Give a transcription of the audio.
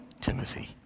Timothy